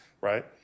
right